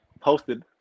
posted